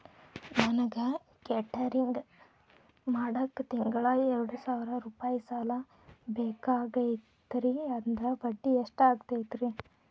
ನನಗ ಕೇಟರಿಂಗ್ ಮಾಡಾಕ್ ತಿಂಗಳಾ ಎರಡು ಸಾವಿರ ರೂಪಾಯಿ ಸಾಲ ಬೇಕಾಗೈತರಿ ಅದರ ಬಡ್ಡಿ ಎಷ್ಟ ಆಗತೈತ್ರಿ?